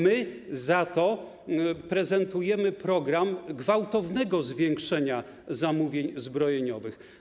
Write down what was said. My za to prezentujemy program gwałtownego zwiększenia zamówień zbrojeniowych.